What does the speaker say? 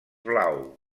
blau